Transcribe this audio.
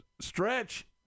stretch